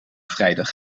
vrijdag